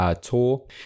tour